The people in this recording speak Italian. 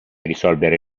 risolvere